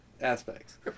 aspects